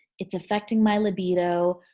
it's affecting my libido.